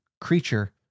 creature